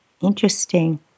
Interesting